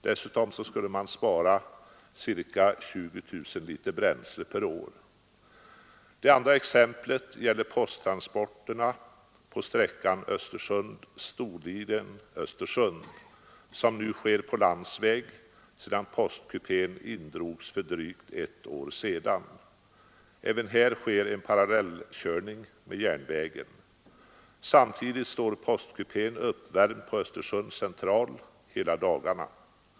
Dessutom skulle man spara ca 20 000 liter bränsle per år. Det andra exemplet gäller posttransporterna på sträckan Östersund— Storlien—-Östersund, som nu sker på landsväg, sedan postkupén indrogs för drygt ett år sedan. Även här kör man parallellt med järnvägen. Samtidigt står postkupén uppvärmd på Östersunds central hela dagarna.